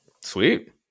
Sweet